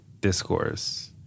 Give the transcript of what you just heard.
discourse